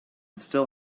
still